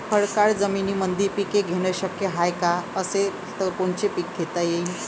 खडकाळ जमीनीमंदी पिके घेणे शक्य हाये का? असेल तर कोनचे पीक घेता येईन?